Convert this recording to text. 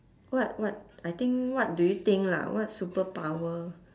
what what I think what do you think lah what superpower